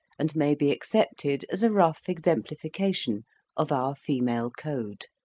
and may be accepted as a rough exemplification of our female code.